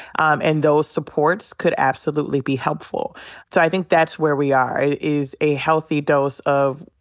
um and those supports could absolutely be helpful. so i think that's where we are. is a healthy dose of,